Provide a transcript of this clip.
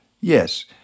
Yes